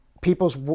people's